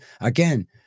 again